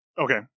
Okay